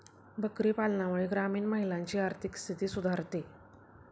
बकरी पालनामुळे ग्रामीण महिलांची आर्थिक स्थिती सुधारते